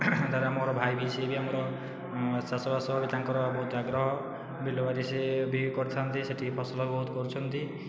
ତାପରେ ଆମର ଭାଇ ବି ସିଏ ବି ଆମର ଚାଷବାସ ବି ତାଙ୍କର ବହୁତ ଆଗ୍ରହ ବିଲବାଡ଼ି ସିଏ ବି କରିଥାନ୍ତି ସେଠି ଫସଲ ବହୁତ କରିଛନ୍ତି